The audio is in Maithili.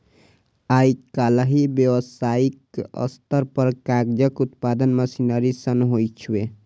आइकाल्हि व्यावसायिक स्तर पर कागजक उत्पादन मशीनरी सं होइ छै